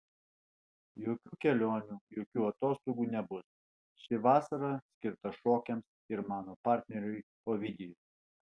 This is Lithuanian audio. jokių kelionių jokių atostogų nebus ši vasara skirta šokiams ir mano partneriui ovidijui